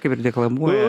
kaip ir deklamuoja